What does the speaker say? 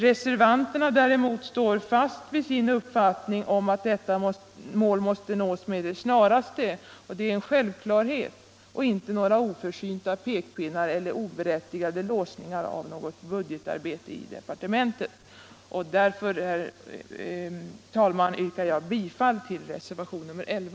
Reservanterna står däremot fast vid sin upp